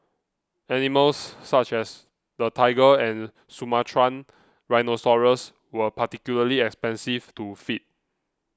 animals such as the tiger and Sumatran rhinoceros were particularly expensive to feed